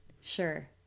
Sure